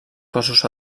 cossos